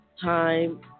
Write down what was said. time